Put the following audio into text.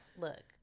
look